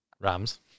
Rams